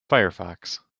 firefox